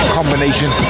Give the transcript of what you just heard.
combination